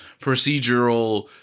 procedural